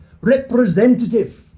representative